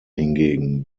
hingegen